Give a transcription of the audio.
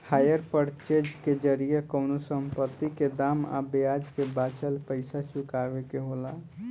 hire purchase के जरिया कवनो संपत्ति के दाम आ ब्याज के बाचल पइसा चुकावे के होला